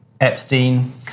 Epstein